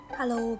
Hello